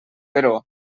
però